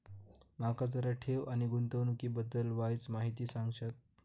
माका जरा ठेव आणि गुंतवणूकी बद्दल वायचं माहिती सांगशात?